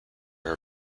her